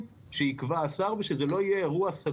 אני בעד שייתן שירות כזה אבל למה שידפיס את זה בעצמו?